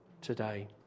today